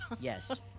Yes